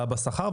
בשכר,